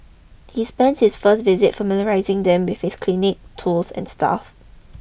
he spends his first visit familiarising them with his clinic tools and staff